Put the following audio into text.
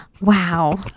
Wow